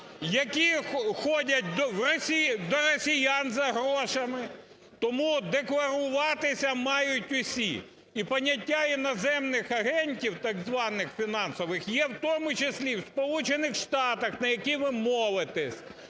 які ходять до росіян за грошами. Тому декларуватися мають усі. І поняття іноземних агентів так званих фінансових є в тому числі в Сполучених Штатах, на які ви молитесь.